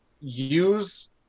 use